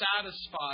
satisfied